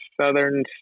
Southern